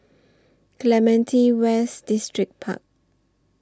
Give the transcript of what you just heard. Clementi West Distripark